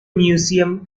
museum